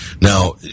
now